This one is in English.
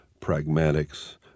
pragmatics